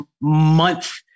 month